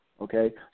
okay